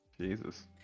Jesus